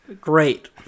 Great